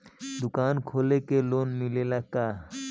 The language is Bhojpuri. दुकान खोले के लोन मिलेला का?